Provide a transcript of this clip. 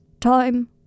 Time